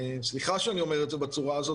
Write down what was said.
סליחה שאני אומר את זה בצורה הזאת,